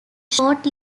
short